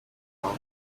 hills